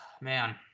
man